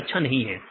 यह अच्छा नहीं है